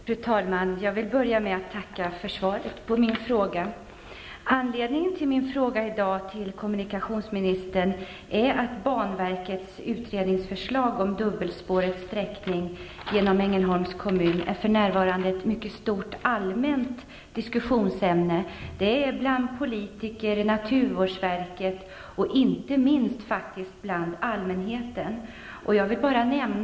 Fru talman! Jag vill börja med att tacka för svaret på min fråga. Anledningen till min fråga till kommunikationsministern är att banverkets utredningsförslag om dubbelspårets sträckning genom Ängelholms kommun för närvarande är ett mycket stort allmänt diskussionsämne, bland politiker, inom naturvårdsverket, och inte minst faktiskt bland allmänheten.